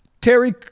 Terry